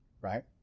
right